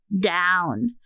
down